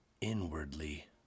inwardly